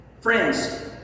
friends